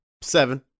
Seven